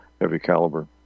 heavy-caliber